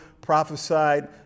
prophesied